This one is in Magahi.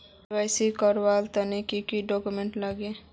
के.वाई.सी करवार तने की की डॉक्यूमेंट लागे?